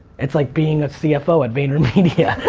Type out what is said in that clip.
it's like being a cfo at vaynermedia.